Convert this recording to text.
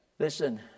Listen